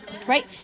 Right